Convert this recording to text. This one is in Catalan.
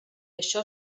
això